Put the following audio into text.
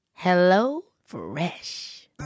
HelloFresh